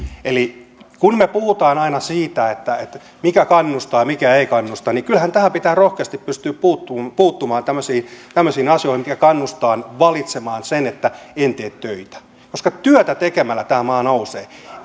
kun me puhumme aina siitä että mikä kannustaa ja mikä ei kannusta niin kyllähän pitää rohkeasti pystyä puuttumaan tämmöisiin tämmöisiin asioihin jotka kannustavat valitsemaan sen että en tee töitä koska työtä tekemällä tämä maa nousee